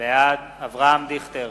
בעד אברהם דיכטר,